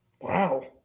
Wow